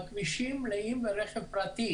היום, הכבישים מלאים ברכב פרטי